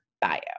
bio